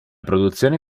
produzione